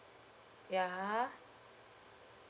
ya